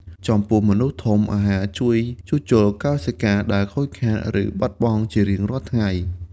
ចំពោះមនុស្សធំ អាហារជួយ ជួសជុលកោសិកា ដែលខូចខាត ឬបាត់បង់ជារៀងរាល់ថ្ងៃ។